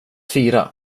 fira